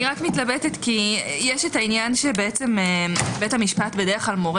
אני מתלבטת כי יש העניין שבית המשפט בדרך כלל מורה